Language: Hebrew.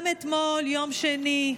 גם אתמול, יום שני,